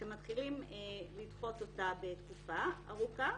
כשמתחילים לדחות בתקופה ארוכה,